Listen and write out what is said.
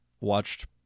watched